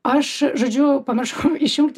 aš žodžiu pamiršau išjungti